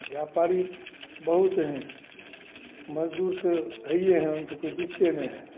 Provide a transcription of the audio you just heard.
व्यापारी बहुत हैं मजदूर तो हइए हैं उन तो कोई दिखते नहीं हैं